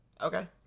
Okay